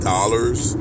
Dollars